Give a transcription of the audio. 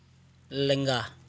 ᱞᱮᱸᱜᱟ